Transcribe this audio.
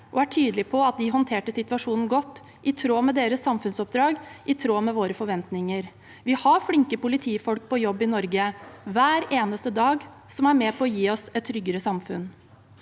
og er tydelig på at de håndterte situasjonen godt, i tråd med deres samfunnsoppdrag og i tråd med våre forventninger. Vi har flinke politifolk på jobb i Norge hver eneste dag som er med på å gi oss et tryggere samfunn.